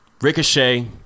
Ricochet